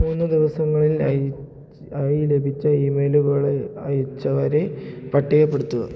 മൂന്ന് ദിവസങ്ങളിൽ ആയി ആയി ലഭിച്ച ഇമെയിലുകളെ അയച്ചവരെ പട്ടികപ്പെടുത്തുക